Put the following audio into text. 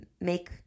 make